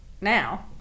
Now